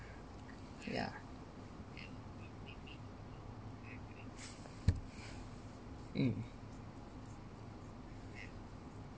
ya mm